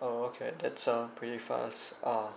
oh okay that's uh pretty fast uh